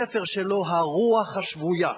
הספר שלו, "הרוח השבויה",